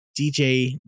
DJ